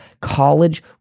college